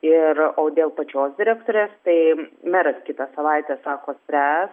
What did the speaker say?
ir o dėl pačios direktorės tai meras kitą savaitę sako spręs